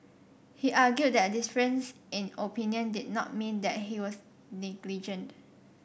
he argued that difference in opinion did not mean that he was negligent